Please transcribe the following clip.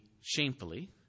shamefully